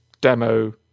demo